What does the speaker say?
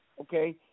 okay